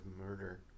murder